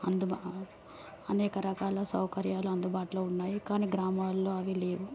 అందుబాటు అనేక రకాల సౌకర్యాలు అందుబాటులో ఉన్నాయి కానీ గ్రామాల్లో అవి లేవు